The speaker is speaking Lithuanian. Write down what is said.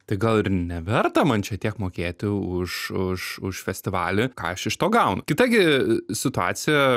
tai gal ir neverta man čia tiek mokėti už už už festivalį ką aš iš to gaunu kita gi situacija